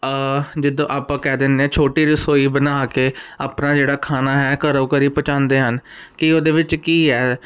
ਜਦੋਂ ਆਪਾਂ ਕਹਿ ਦਿੰਨੇ ਆ ਛੋਟੀ ਰਸੋਈ ਬਣਾ ਕੇ ਆਪਣਾ ਜਿਹੜਾ ਖਾਣਾ ਹੈ ਘਰੋ ਘਰੀ ਪਹੁੰਚਾਉਂਦੇ ਹਨ ਕਿ ਉਹਦੇ ਵਿੱਚ ਕੀ ਹੈ